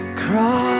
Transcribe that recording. cross